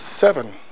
seven